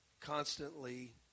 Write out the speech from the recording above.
constantly